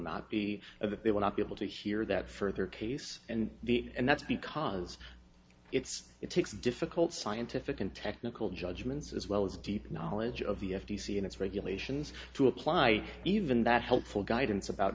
not be a they will not be able to hear that further case and the and that's because it's it takes difficult scientific and technical judgments as well as deep knowledge of the f t c and its regulations to apply even that helpful guidance about